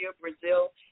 Brazil